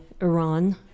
Iran